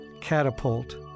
Catapult